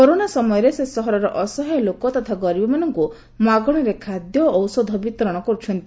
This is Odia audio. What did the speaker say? କରୋନା ସମୟରେ ସେ ସହରର ଅସହାୟ ଲୋକ ତଥା ଗରିବମାନଙ୍ଙୁ ମାଗଣାରେ ଖାଦ୍ୟ ଓ ଔଷଧ ବିତରଣ କରୁଛନ୍ତି